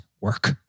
work